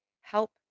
help